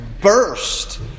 burst